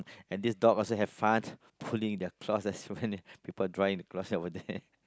and this dog also have fun pulling the clothes when people drying the clothes over there